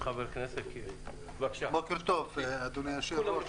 בוקר טוב, אדוני היושב-ראש.